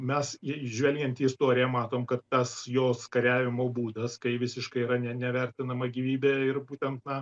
mes į žvelgiant į istoriją matom kad tas jos kariavimo būdas kai visiškai yra ne nevertinama gyvybė ir būtent na